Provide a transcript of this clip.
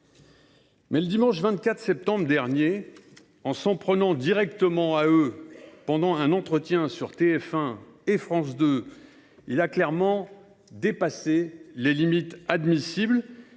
Mais le dimanche 24 septembre dernier, en s’en prenant directement aux élus locaux lors d’un entretien sur TF1 et France 2, il a clairement dépassé les limites admissibles,